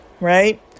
right